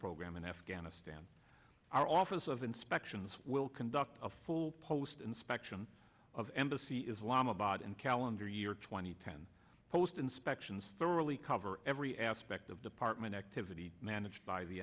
program in afghanistan our office of inspections will conduct a full post inspection of embassy islam abad and calendar year two thousand and ten post inspections thoroughly cover every aspect of department activity managed by the